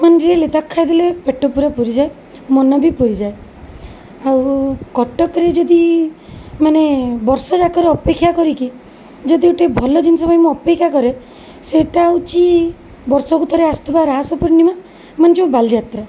ମାନେ ରିଏଲି ତାକୁ ଖାଇଦେଲେ ପେଟ ପୁରା ପୁରିଯାଏ ମନ ବି ପୁରିଯାଏ ଆଉ କଟକରେ ଯଦି ମାନେ ବର୍ଷ ଯାକର ଅପେକ୍ଷା କରିକି ଯଦି ଗୋଟେ ଭଲ ଜିନଷ ପାଇଁ ମୁଁ ଅପେକ୍ଷା କରେ ସେଇଟା ହେଉଛି ବର୍ଷକୁ ଥରେ ଅସୁଥିବା ରାହାସ ପୂର୍ଣ୍ଣିମା ମାନେ ଯେଉଁ ବାଲିଯାତ୍ରା